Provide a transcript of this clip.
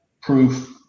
proof